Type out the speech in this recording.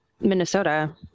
Minnesota